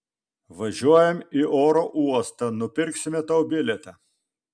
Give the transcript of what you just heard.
važiuojam į oro uostą nupirksime tau bilietą